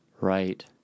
Right